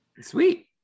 Sweet